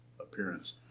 appearance